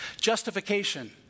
justification